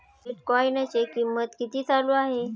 बिटकॉइनचे कीमत किती चालू आहे